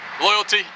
Loyalty